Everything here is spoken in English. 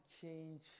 change